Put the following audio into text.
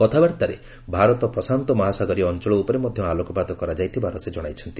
କଥାବାର୍ତ୍ତାରେ ଭାରତ ପ୍ରଶାନ୍ତ ମହାସାଗରୀୟ ଅଞ୍ଚଳ ଉପରେ ମଧ୍ୟ ଆଲୋକପାତ କରାଯାଇଥିବାର ସେ ଜଣାଇଛନ୍ତି